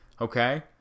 okay